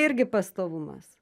irgi pastovumas